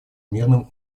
мирном